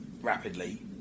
rapidly